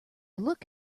look